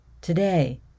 today